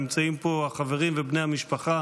נמצאים פה החברים ובני המשפחה.